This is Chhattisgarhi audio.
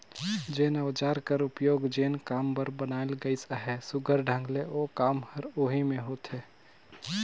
जेन अउजार कर उपियोग जेन काम बर बनाल गइस अहे, सुग्घर ढंग ले ओ काम हर ओही मे होथे